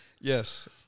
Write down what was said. Yes